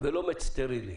ולא מת סטרילי.